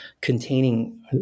containing